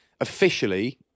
Officially